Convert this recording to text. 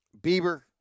Bieber